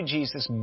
Jesus